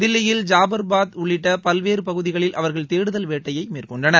தில்லியில் ஜாபர்பாத் உள்ளிட்ட பல்வேறு பகுதிகளில் அவர்கள் தேடுதல் வேட்டையை மேற்கொண்டனர்